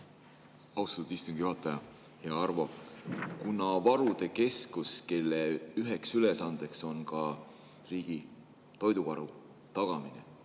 Austatud istungi juhataja! Hea Arvo! Kuna varude keskus, kelle üheks ülesandeks on ka riigi toiduvaru tagamine,